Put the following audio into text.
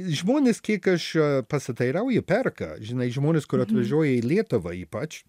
žmonės kiek aš pasiteirauju perka žinai žmonės kur atvažiuoja į lietuvą ypač